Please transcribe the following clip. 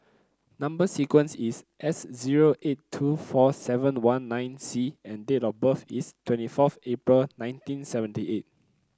number sequence is S zero eight two four seven one nine C and date of birth is twenty fourth April nineteen seventy eight